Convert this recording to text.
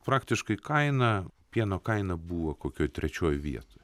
praktiškai kaina pieno kaina buvo kokioj trečioj vietoj